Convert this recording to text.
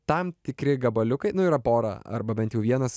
tam tikri gabaliukai nu yra pora arba bent jau vienas